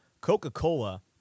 Coca-Cola